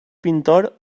pintor